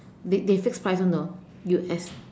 ba~ basic price [one] you know U_S